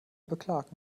beklagen